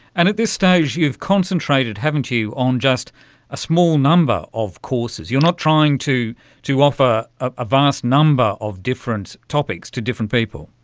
and at this stage you've concentrated, haven't you, on just a small number of courses, you're not trying to to offer a vast number of different topics to different people.